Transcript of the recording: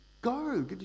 go